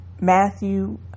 Matthew